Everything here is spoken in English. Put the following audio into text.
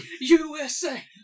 USA